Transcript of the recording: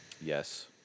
Yes